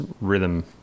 rhythm